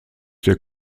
der